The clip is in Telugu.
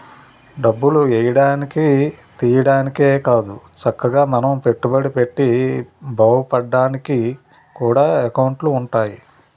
డబ్బులు ఎయ్యడానికి, తియ్యడానికే కాదు చక్కగా మనం పెట్టుబడి పెట్టి బావుపడ్డానికి కూడా ఎకౌంటులు ఉంటాయి